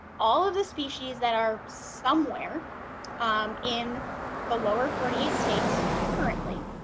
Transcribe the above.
all of the species that are somewhere um in the lower forty eight states currently